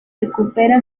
recupera